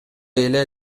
эле